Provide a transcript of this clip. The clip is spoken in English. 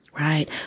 right